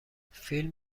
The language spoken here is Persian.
فیلم